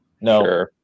No